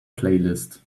playlist